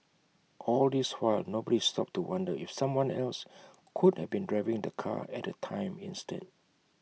all this while nobody stopped to wonder if someone else could have been driving the car at the time instead